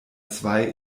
zwei